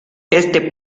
este